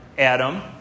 Adam